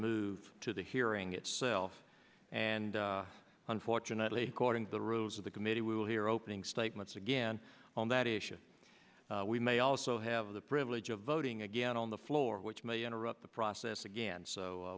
move to the hearing itself and unfortunately according to the rules of the committee we will hear opening statements again on that issue we may also have the privilege of voting again on the floor which may interrupt the process again so